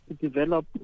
develop